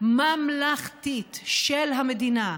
ממלכתית של המדינה,